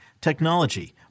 technology